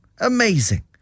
Amazing